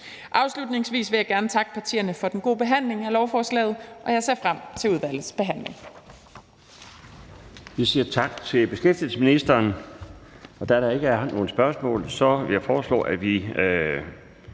Afslutningsvis vil jeg gerne takke partierne for den gode behandling af lovforslaget, og jeg ser frem til udvalgets behandling.